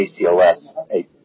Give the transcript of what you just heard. ACLS